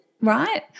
right